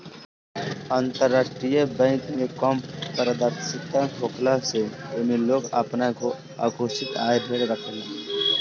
अंतरराष्ट्रीय बैंक में कम पारदर्शिता होखला से एमे लोग आपन अघोषित आय ढेर रखेला